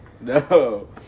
No